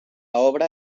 obra